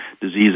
disease